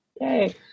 yay